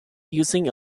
using